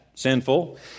sinful